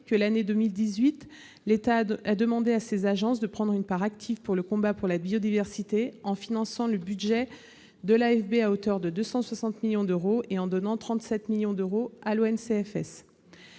de rappeler que l'État a demandé à ces agences, en 2018, de prendre une part active dans le combat pour la biodiversité en finançant le budget de l'AFB à hauteur de 260 millions d'euros et en donnant 37 millions d'euros à l'ONCFS.